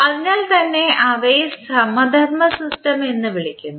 അതിനാൽത്തന്നെ അവയെ സമധർമ്മ സിസ്റ്റം എന്ന് വിളിക്കുന്നു